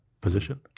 position